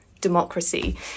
democracy